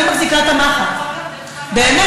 אני מחזיקה את המחט, באמת.